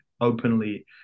openly